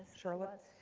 charlotte?